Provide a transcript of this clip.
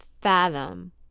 fathom